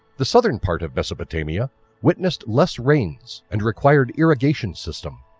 the southern part of mesopotamia witnessed less rains and required irrigation system.